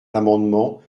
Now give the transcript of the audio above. l’amendement